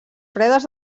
fredes